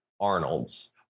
Arnold's